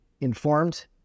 informed